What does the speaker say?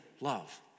love